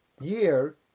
year